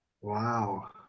Wow